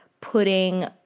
putting